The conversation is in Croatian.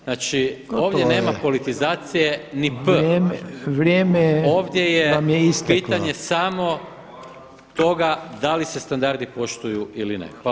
Znači ovdje nema politizacije ni „p“ [[Upadica Reiner: Vrijeme vam je isteklo.]] Ovdje je pitanje samo toga da li se standardi poštuju ili ne.